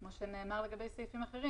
כמו שנאמר לגבי סעיפים אחרים,